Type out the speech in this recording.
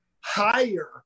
higher